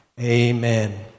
Amen